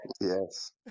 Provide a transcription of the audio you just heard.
Yes